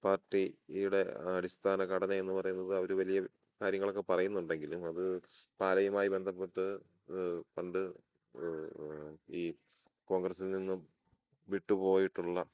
പാർട്ടിയുടെ അടിസ്ഥാന ഘടനയെന്ന് പറയുന്നത് അവർ വലിയ കാര്യങ്ങളൊക്കെ പറയുന്നുണ്ടെങ്കിലും അത് പാലയുമായി ബന്ധപ്പെട്ട് പണ്ട് ഈ കോൺഗ്രസ്സിൽ നിന്നും വിട്ടു പോയിട്ടുള്ള